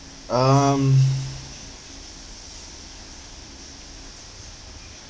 um